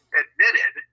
admitted